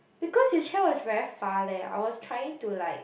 because the chair was very far leh I was trying to like